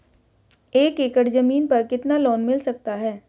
एक एकड़ जमीन पर कितना लोन मिल सकता है?